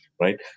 right